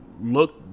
look